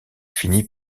finit